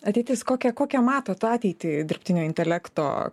ateitis kokią kokią matot ateitį dirbtinio intelekto